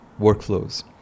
workflows